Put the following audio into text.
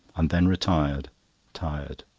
and then retired tired.